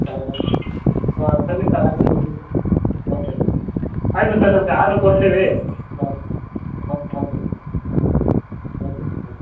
ಹೌದಾ ಹಾಂ ಸರಿ ಸರ್ ಆಯಿತು ಓಕೆ ಸರ್ ಆಯಿತು ಸರ್ ನಿಮಗೆ ಆರ್ಡ್ರು ಕೊಡ್ತೀವಿ ಹಾಂ ಬಂದು ಮಾಡಿಕೊಡಿ ಸರ್ ಓಕೆ ಓಕೆ